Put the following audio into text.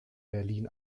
berlin